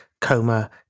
Coma